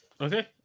Okay